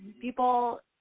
people